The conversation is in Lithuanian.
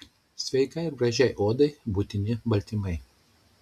sveikai ir gražiai odai būtini baltymai